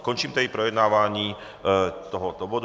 Končím projednávání tohoto bodu.